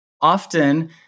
often